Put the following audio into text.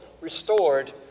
restored